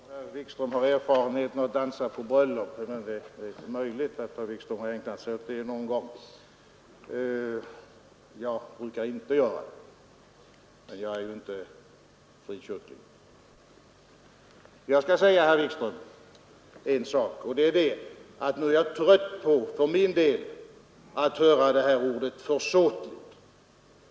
Jag vet inte om herr Wikström har någon erfarenhet av att dansa på bröllop, men det är möjligt att herr Wikström har ägnat sig åt det någon gång. Jag brukar inte göra det, lika litet som en frikyrklig. Jag skall säga herr Wikström en sak. Jag är för min del trött på att höra ordet försåtligt.